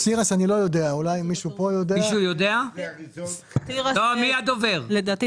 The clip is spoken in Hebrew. לגבי שמן תירס אני לא יודע.